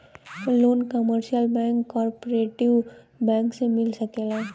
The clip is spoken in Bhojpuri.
loan commercial bank cooperative bank से मिल सकेला